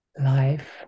life